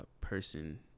person